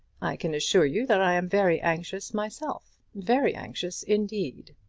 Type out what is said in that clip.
i can assure you that i am very anxious myself very anxious indeed.